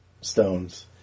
stones